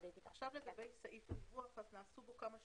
לגבי סעיף הדיווח, נעשו בו כמה שינויים.